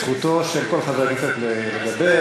זכותו של כל חבר כנסת לדבר,